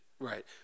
Right